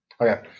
Okay